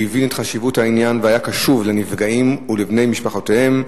שהבין את חשיבות העניין והיה קשוב לנפגעים ולבני משפחותיהם,